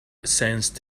sensed